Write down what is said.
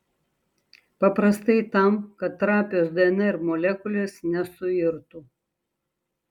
paprastai tam kad trapios dnr molekulės nesuirtų